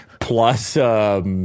plus